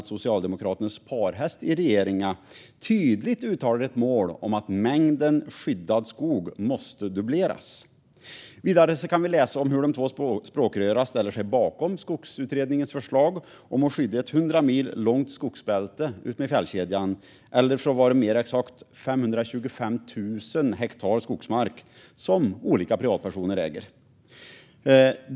Socialdemokraternas parhäst i regeringen uttalar tydligt ett mål om att mängden skyddad skog måste dubbleras. Vidare kan vi läsa om hur de två språkrören ställer sig bakom Skogsutredningens förslag om att skydda ett 100 mil långt skogsbälte utmed fjällkedjan, eller för att vara mer exakt 525 000 hektar skogsmark som olika privatpersoner äger.